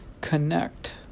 connect